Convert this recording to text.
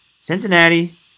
Cincinnati